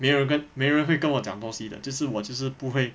没人跟没人会跟我讲东西的就是我就是不会